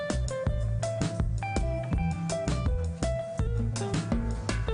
יש רכזת טיולים בכל מוסד